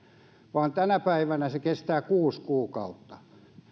vaan tänä päivänä se kestää kuusi kuukautta